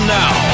now